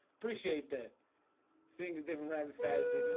appreciate that seeing is different rather fancy